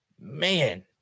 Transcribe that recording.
Man